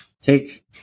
take